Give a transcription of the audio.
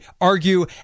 argue